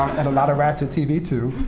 and a lot of ratchet tv, too.